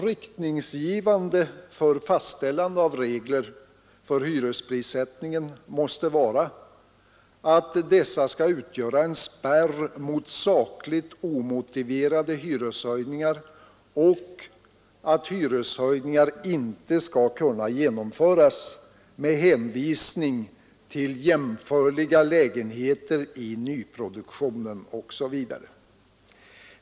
Riktningsgivande vid fastställande av regler för hyresprissättningen måste vara att dessa skall utgöra en spärr mot sakligt omotiverade hyreshöjningar och att hyreshöjningar inte skall kunna genomföras med hänvisning till jämförliga lägenheter i nyproduktionen osv.